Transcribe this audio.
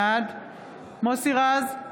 בעד מוסי רז,